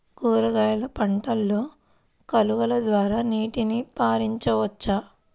కూరగాయలు పంటలలో కాలువలు ద్వారా నీటిని పరించవచ్చా?